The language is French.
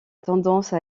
tendance